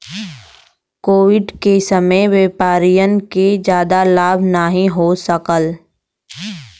Covid के समय में व्यापारियन के जादा लाभ नाहीं हो सकाल